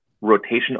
rotation